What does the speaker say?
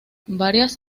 varias